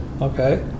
Okay